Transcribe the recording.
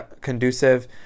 conducive